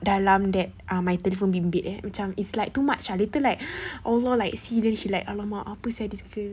dalam that um my telefon bimbit eh macam it's like too much ah later like over like C_H leh like !alamak! sia this girl